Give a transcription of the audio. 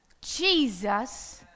Jesus